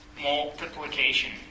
multiplication